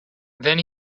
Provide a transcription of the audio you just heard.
then